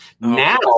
Now